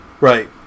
Right